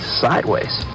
sideways